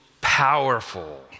powerful